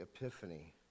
Epiphany